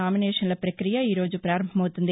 నామినేషన్ష పక్రియ ఈ రోజు ప్రారంభమవుతుంది